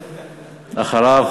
ואחריו,